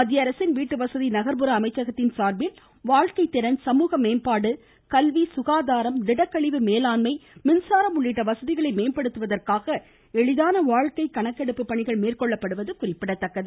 மத்தியஅரசின் வீட்டுவசதி நகர்புற அமைச்சகத்தின் சார்பில் வாழ்க்கைத்திறன் சமூக மேம்பாடு கல்வி சுகாதார மேம்பாடு திடக்கழிவு மேலாண்மை மின்சாரம் உள்ளிட்ட வசதிகளை மேம்படுத்துவதற்காக எளிதான வாழ்க்கை கணக்கெடுப்பு பணிகள் மேற்கொள்ளப்படுவது குறிப்பிடத்தக்கது